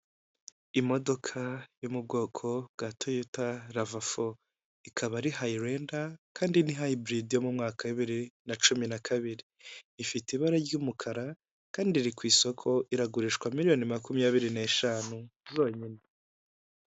Imodoka yo mu bwoko bwa toyota ravafo ikaba ari hayirenda kandi ni hayiburidi yo mu mwaka bibiri na cumi na kabiri, ifite ibara ry'umukara kandi iri ku isoko iragurishwa miliyoni makumyabiri n'eshanu zonyine.